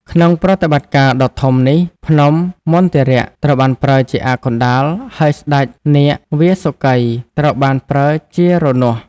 ក្នុងប្រតិបត្តិការដ៏ធំនេះ ភ្នំមន្ទរៈ ត្រូវបានប្រើជាអ័ក្សកណ្ដាល ហើយ ស្ដេចនាគវាសុកី ត្រូវបានប្រើជារនាស់។